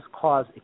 cause